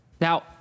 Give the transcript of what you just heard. Now